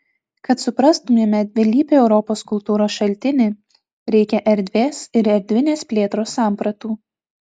kad suprastumėme dvilypį europos kultūros šaltinį reikia erdvės ir erdvinės plėtros sampratų